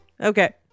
Okay